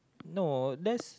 no that's